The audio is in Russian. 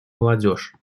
молодежь